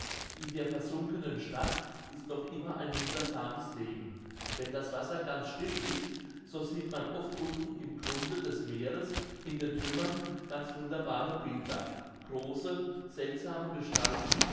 in der versunkenen stadt ist noch immer ein wundersames leben wenn das wasser ganz still ist so sieht man oft unten im grunde des meeres in den trümmern ganz wunderbare bilder große seltsame gestalten